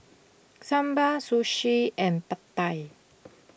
Sambar Sashimi and Pad Thai